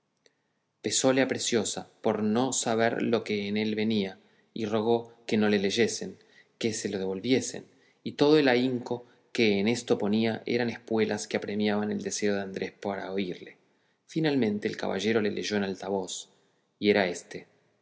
pesóle a preciosa por no saber lo que en él venía y rogó que no le leyesen y que se le volviesen y todo el ahínco que en esto ponía eran espuelas que apremiaban el deseo de andrés para oírle finalmente el caballero le leyó en alta voz y era éste